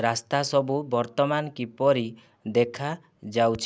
ରାସ୍ତା ସବୁ ବର୍ତ୍ତମାନ କିପରି ଦେଖାଯାଉଛି